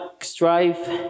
strife